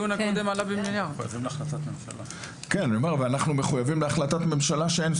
אנחנו מחויבים להחלטת ממשלה שאין.